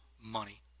money